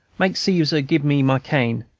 make caesar gib me my cane.